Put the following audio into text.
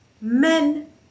men